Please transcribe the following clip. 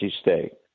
state